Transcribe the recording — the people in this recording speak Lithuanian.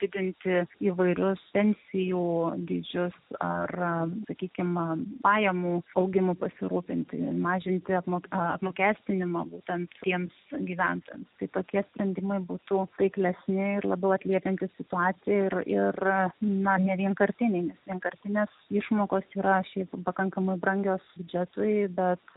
didinti įvairius pensijų dydžius ar sakykim na pajamų augimu pasirūpinti mažinti apmok apmokestinimą ten tiems gyventojams tai tokie sprendimai būtų taiklesni ir labiau atliepiantys situaciją ir ir na nevienkartinėmis vienkartinės išmokos yra šiaip pakankamai brangios biudžetui bet